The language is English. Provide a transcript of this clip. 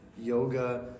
yoga